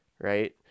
right